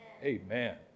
Amen